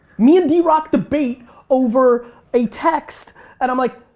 me and drock debate over a text and i'm like,